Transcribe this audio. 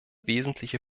wesentliche